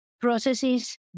processes